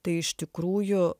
tai iš tikrųjų